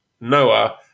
Noah